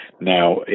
now